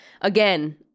again